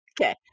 Okay